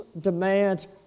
demands